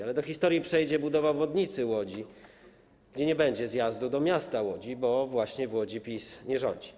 Ale do historii przejdzie budowa obwodnicy Łodzi, gdzie nie będzie zjazdu do miasta Łodzi, bo właśnie w Łodzi PiS nie rządzi.